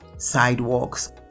sidewalks